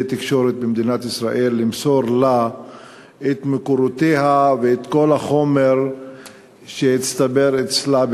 התקשורת במדינת ישראל למסור לה את מקורותיה ואת כל החומר שהצטבר אצלה,